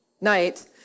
night